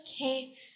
Okay